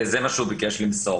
זה מה שהוא ביקש למסור.